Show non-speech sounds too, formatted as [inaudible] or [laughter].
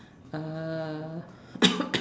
uh [coughs]